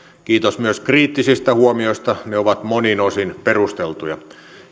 kiitos myös kriittisistä huomioista ne ovat monin osin perusteltuja